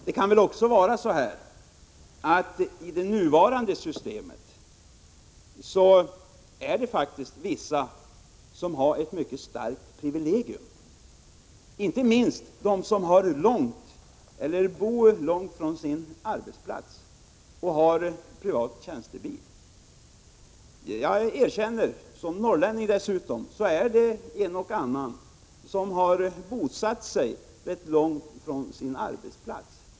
Med det nuvarande systemet har vissa personer ett mycket stort privilegium, inte minst de som bor långt ifrån sin arbetsplats och har en privat tjänstebil. Jag erkänner — trots att jag är norrlänning — att en och annan har bosatt sig rätt långt ifrån sin arbetsplats.